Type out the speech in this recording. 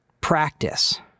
practice